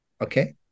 Okay